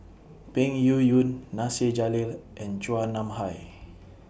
Peng Yuyun Nasir Jalil and Chua Nam Hai